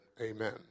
amen